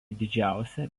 didžiausia